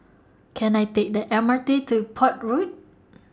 Can I Take The M R T to Port Road